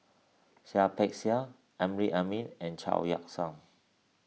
Seah Peck Seah Amrin Amin and Chao Yoke San